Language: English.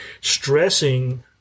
stressing